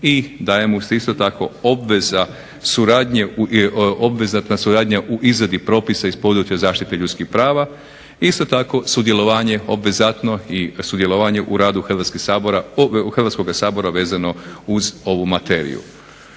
i daje mu se isto tako obvezatna suradnja u izradi propisa iz područja zaštite ljudskih prava. Isto tako sudjelovanje obvezatno i sudjelovanje u radu Hrvatskoga sabora vezano uz ovu materiju.